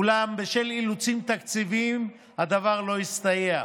אולם בשל אילוצים תקציביים הדבר לא הסתייע.